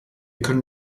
können